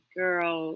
girl